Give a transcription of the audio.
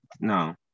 No